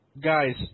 Guys